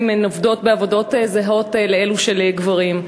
כשהן עובדות בעבודות זהות לאלו של גברים.